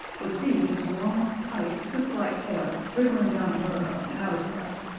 would see his long, tight, whiplike tail wriggling down a burrow and out of sight,